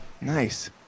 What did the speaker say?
Nice